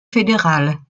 fédérales